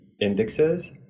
indexes